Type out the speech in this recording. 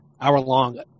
hour-long